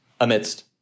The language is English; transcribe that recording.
amidst